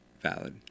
Valid